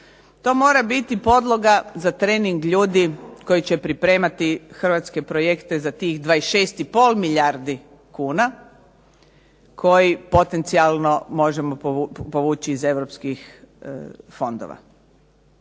To mora biti podloga za trening ljudi koji će pripremati hrvatske projekte za tih 26,5 milijardi kuna koji potencijalno možemo povući iz europskih fondova.